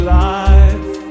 life